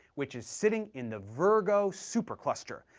which is sitting in the virgo supercluster,